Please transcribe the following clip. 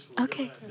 Okay